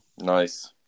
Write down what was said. nice